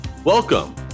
Welcome